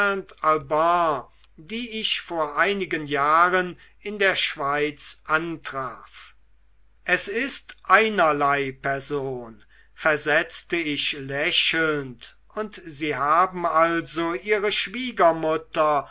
die ich vor einigen jahren in der schweiz antraf es ist einerlei person versetzte ich lächelnd und sie haben also ihre schwiegermutter